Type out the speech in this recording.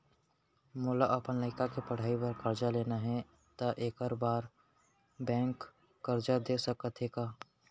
मोला अपन लइका के पढ़ई बर करजा लेना हे, त एखर बार बैंक करजा दे सकत हे का?